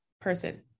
person